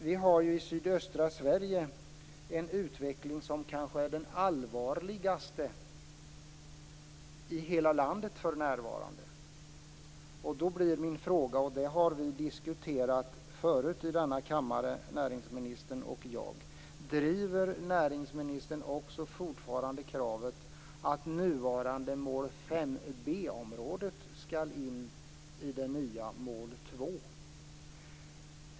Vi har för närvarande en utveckling i sydöstra Sverige som kanske är den allvarligaste i hela landet. Då blir min fråga, som näringsministern och jag har diskuterat förut i denna kammare: Driver näringsministern fortfarande kravet att nuvarande mål 5b-området skall in i det nya mål 2?